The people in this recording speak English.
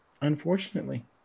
unfortunately